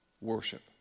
worship